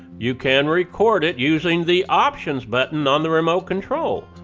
you can record it using the options button on the remote control.